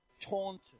taunted